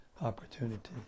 opportunity